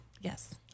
Yes